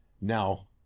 Now